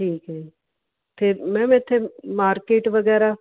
ਠੀਕ ਹੈ ਅਤੇ ਮੈਮ ਇੱਥੇ ਮਾਰਕੀਟ ਵਗੈਰਾ